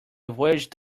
voyaged